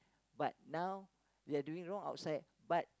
but now they are doing wrong outside but